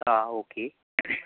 ആ ഓക്കേ